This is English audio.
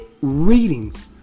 readings